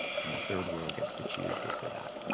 and the third world gets to choose this or that.